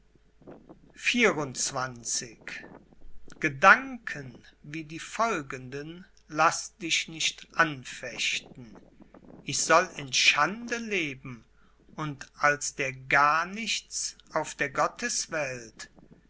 gedanken wie die folgenden laß dich nicht anfechten ich soll in schande leben und als der garnichts auf der gotteswelt